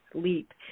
sleep